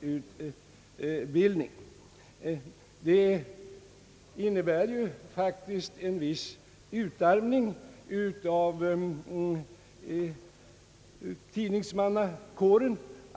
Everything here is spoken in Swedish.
ute från utbildningen innebär faktiskt en viss utarmning av tidningsmannakåren.